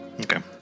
Okay